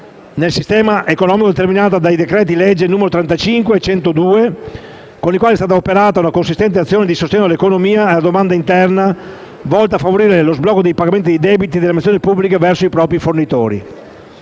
nel sistema economico determinata dai decreti-legge nn. 35 e 102 del 2013, con i quali è stata operata una consistente azione di sostegno all'economia e alla domanda interna, volta a favorire lo sblocco dei pagamenti dei debiti delle amministrazioni pubbliche verso i propri fornitori.